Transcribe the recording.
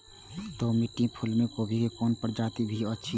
दोमट मिट्टी में फूल गोभी के कोन प्रजाति के बीज होयत?